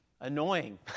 annoying